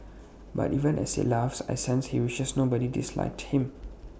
but even as he laughs I sense he wishes nobody disliked him